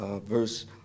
Verse